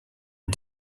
est